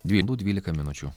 dvy du dvylika minučių